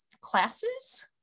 classes